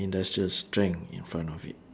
industrial strength in front of it